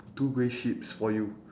two grey sheeps for you